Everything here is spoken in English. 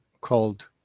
called